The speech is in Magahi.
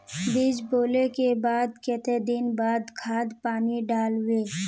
बीज बोले के बाद केते दिन बाद खाद पानी दाल वे?